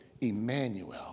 Emmanuel